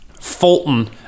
Fulton